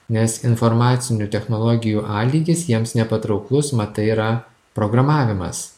nes informacinių technologijų a lygis jiems nepatrauklus mat tai yra programavimas